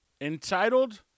entitled